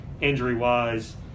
injury-wise